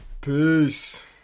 Peace